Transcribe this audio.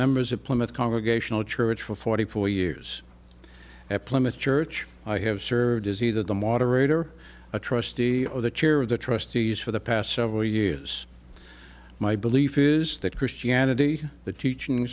members of plymouth congregational church for forty four years at plymouth church i have served as either the moderator a trustee or the chair of the trustees for the past several years my belief is that christianity the teaching